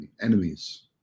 enemies